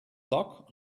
dock